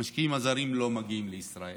המשקיעים הזרים לא מגיעים לישראל.